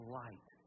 light